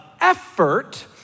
effort